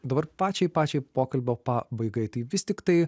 dabar pačiai pačiai pokalbio pabaigai tai vis tiktai